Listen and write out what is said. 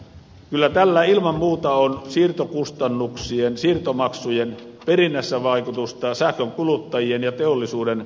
kyllä tällä ilman muuta on siirtokustannuksien siirtomaksujen perinnässä vaikutusta sähkönkuluttajien ja teollisuuden kustannuksissa